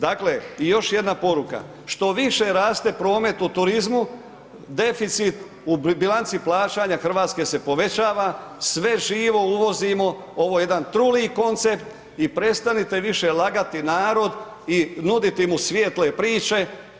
Dakle, i još jedna poruka, što više raste promet u turizmu, deficit u bilanci plaćanja RH se povećava, sve živo uvozimo, ovo je jedan truli koncept i prestanite više lagati narod i nuditi mu svijetle priče.